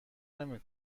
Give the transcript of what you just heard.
نمی